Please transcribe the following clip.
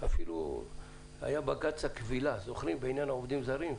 היה אפילו בג"ץ הכבילה בעניין העובדים הזרים.